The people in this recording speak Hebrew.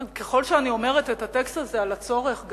ככל שאני אומרת את הטקסט הזה על הצורך,